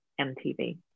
MTV